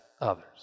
others